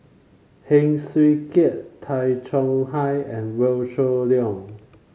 Heng Swee Keat Tay Chong Hai and Wee Shoo Leong